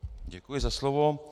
Děkuji za slovo.